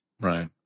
right